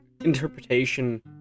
interpretation